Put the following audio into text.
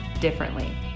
differently